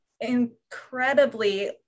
incredibly